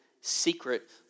secret